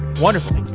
wonderful.